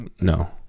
no